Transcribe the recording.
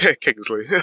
Kingsley